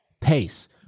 pace